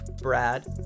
Brad